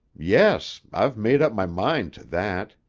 yes. i've made up my mind to that.